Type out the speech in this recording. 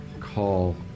call